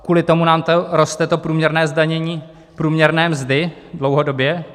Kvůli tomu nám tady roste to průměrné zdanění průměrné mzdy dlouhodobě.